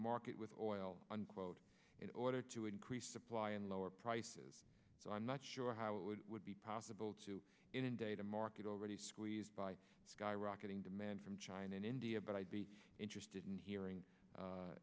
market with oil unquote in order to increase supply and lower prices so i'm not sure how it would would be possible to inundate a market already squeezed by skyrocketing demand from china and india but i'd be interested in hearing